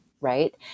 right